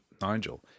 Nigel